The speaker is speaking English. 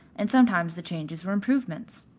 and sometimes the changes were improvements.